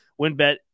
WinBet